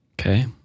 Okay